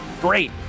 great